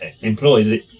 employees